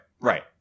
Right